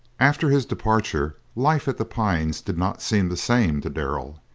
after his departure, life at the pines did not seem the same to darrell.